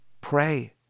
pray